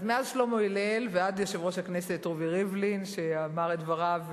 אז מאז שלמה הלל ועד יושב-ראש הכנסת רובי ריבלין שאמר את דבריו,